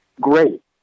great